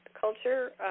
culture